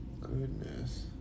Goodness